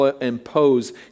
impose